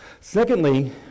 Secondly